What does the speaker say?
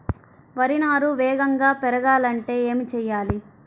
వరి నారు వేగంగా పెరగాలంటే ఏమి చెయ్యాలి?